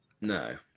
No